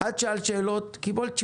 קוטע אותי באמצע התשובה.